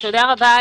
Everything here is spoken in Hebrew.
תודה רבה.